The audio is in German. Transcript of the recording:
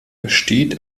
besteht